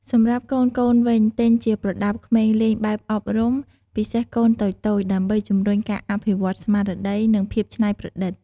សម្រាប់កូនៗវិញ ទិញជាប្រដាប់ក្មេងលេងបែបអប់រំ ពិសេសកូនតូចៗ ដើម្បីជំរុញការអភិវឌ្ឍន៍ស្មារតី និងភាពច្នៃប្រឌិត។